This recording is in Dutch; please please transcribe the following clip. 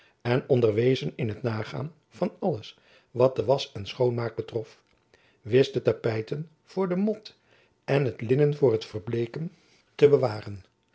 en onderwezen in het nagaan van alles wat de wasch en schoonmaak betrof wist de tapijten voor de mot en het linnen voor het verbleeken te bewaren